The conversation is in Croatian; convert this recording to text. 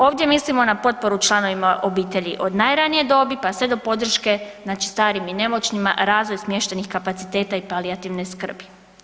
Ovdje mislimo na potporu članovima obitelji od najranije dobi pa sve do podrške, znači starim i nemoćnima, razvoj smještajnih kapaciteta i palijativne skrbi.